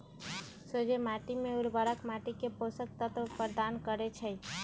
सोझें माटी में उर्वरक माटी के पोषक तत्व प्रदान करै छइ